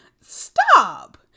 Stop